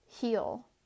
heal